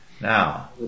now